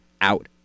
out